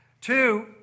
Two